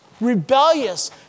rebellious